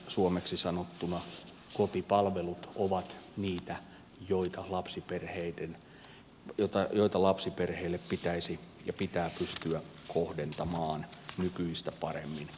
suomeksi sanottuna kotipalvelut ovat niitä joita lapsiperheille pitäisi ja pitää pystyä kohdentamaan nykyistä paremmin